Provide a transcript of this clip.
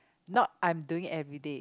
not I'm doing everyday